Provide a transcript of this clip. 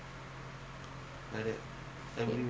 எடுத்துட்டியாஇன்னும்எடுக்கலேல:eduthuttiya inum edukkaleela